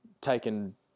taken